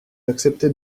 acceptez